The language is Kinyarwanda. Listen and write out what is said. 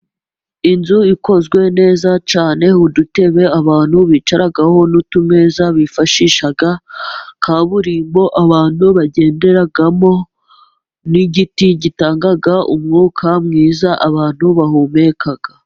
Inzu ikozwe neza cyane n' udutebe abantu bicaragaho n'utumeza bifashisha. Kaburimbo abantu bagenderamo n'igiti gitanga umwuka mwiza abantu bahumeka.